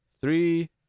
three